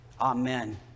Amen